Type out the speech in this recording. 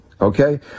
Okay